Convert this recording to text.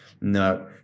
no